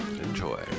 Enjoy